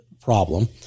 problem